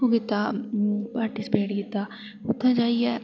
ओह् कीता पार्टिस्पेट कीता उत्थै जाइयै